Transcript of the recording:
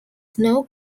snow